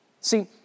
See